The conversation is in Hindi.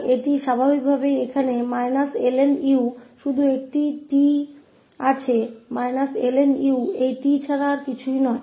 तो और यह स्वाभाविक रूप से यहाँ है − ln 𝑢 वहां केवल एक है − ln u के अलावा और कुछ नहीं है